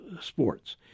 sports